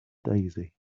daisy